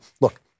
look